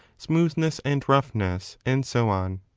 smoothness and roughness, and so on.